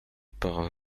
par